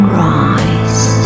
rise